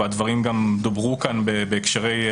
והדברים גם דוברו כאן בהקשרים אחרים,